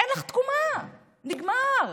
אין לך תקומה, נגמר.